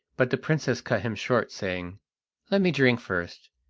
but the princess cut him short saying let me drink first,